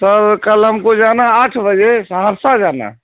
سر کل ہم کو جو ہے نا آٹھ بجے سہرسہ جانا ہے